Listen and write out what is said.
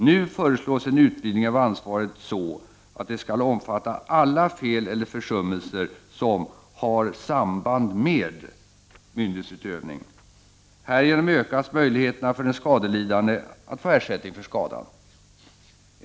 Nu föreslås en utvidgning av ansvaret så att det skall omfatta alla fel eller försummelser som har samband med myndighetsutövning. Härigenom ökas möjligheterna för den skadelidande att få ersättning för skadan.